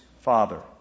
father